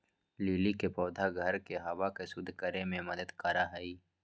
lily के पौधा घर के हवा के शुद्ध करे में मदद करा हई